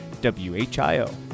WHIO